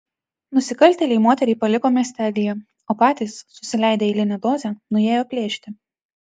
nusikaltėliai moterį paliko miestelyje o patys susileidę eilinę dozę nuėjo plėšti